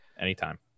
Anytime